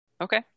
Okay